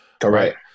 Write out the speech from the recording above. Correct